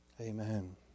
Amen